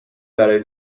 برای